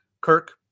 Kirk